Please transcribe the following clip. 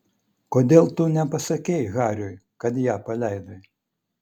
kodėl tu nepasakei hariui kad ją paleidai